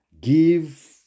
Give